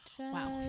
wow